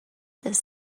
this